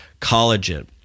collagen